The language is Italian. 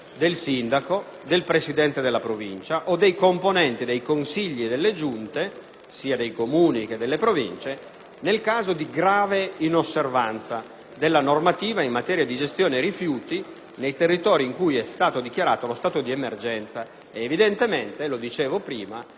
del sindaco, del presidente della Provincia o dei componenti dei consigli e delle giunte, sia dei Comuni che delle Province, nel caso di grave inosservanza della normativa in materia di gestione dei rifiuti nei territori in cui è stato dichiarato lo stato di emergenza. Evidentemente - come dicevo in